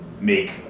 make